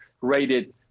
rated